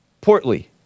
portly